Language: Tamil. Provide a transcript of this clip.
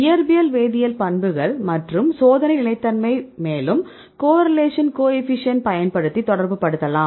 இயற்பியல் வேதியியல் பண்புகள் மற்றும் சோதனை நிலைத்தன்மை மேலும் கோரிலேஷன் கோஎஃபீஷியேன்ட் பயன்படுத்தி தொடர்புபடுத்தலாம்